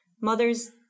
mother's